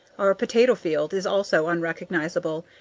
our potato field is also unrecognizable.